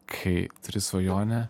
kai turi svajonę